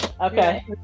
okay